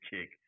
kick